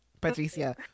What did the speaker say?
Patricia